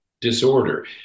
disorder